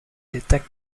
detect